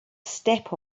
step